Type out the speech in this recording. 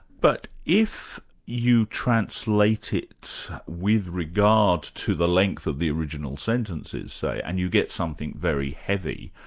but if you translate it with regard to the length of the original sentences say, and you get something very heavy,